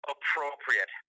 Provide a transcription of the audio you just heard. Appropriate